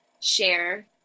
share